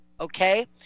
okay